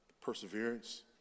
perseverance